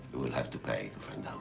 you'll have to pay to find